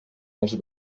dels